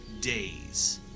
days